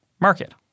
market